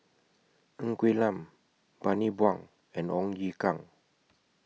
Ng Quee Lam Bani Buang and Ong Ye Kung